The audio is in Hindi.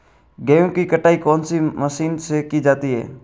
गेहूँ की कटाई कौनसी मशीन से की जाती है?